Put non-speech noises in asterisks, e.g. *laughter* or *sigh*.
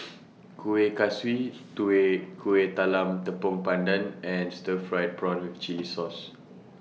Kueh Kaswi *unintelligible* Kueh Kalam Tepong Pandan and Stir Fried Prawn with Chili Sauce